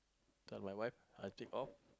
tell my wife I take off